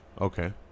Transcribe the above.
Okay